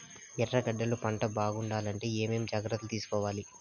ఎర్రగడ్డలు పంట బాగుండాలంటే ఏమేమి జాగ్రత్తలు తీసుకొవాలి?